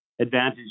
Advantage